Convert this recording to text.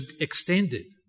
extended